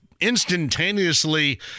instantaneously